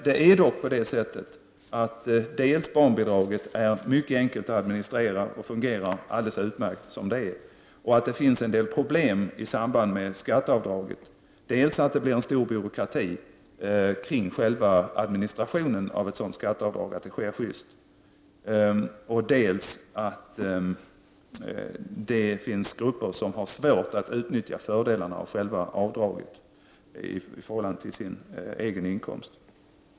Det är dock på det sättet att barnbidraget är mycket enkelt att administrera och fungerar alldeles utmärkt som det är. I samband med skatteavdraget finns en del problem. Dels blir det en stor byråkrati kring själva administrationen av ett sådant skatteavdrag, så att det utförs på ett just sätt, dels finns det grupper som har svårt att utnyttja fördelarna av själva avdraget i förhållande till sin egen inkomst.